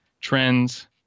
trends